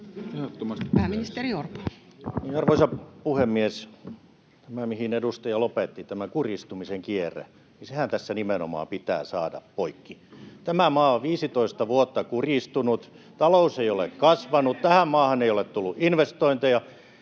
Content: Arvoisa puhemies! Tämä, mihin edustaja lopetti, tämä kurjistumisen kierre, sehän tässä nimenomaan pitää saada poikki. Tämä maa on 15 vuotta kurjistunut, [Antti Kurvinen: Kurjistuu vielä enemmän!] talous ei ole kasvanut, tähän maahan ei ole tullut investointeja.